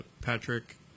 Patrick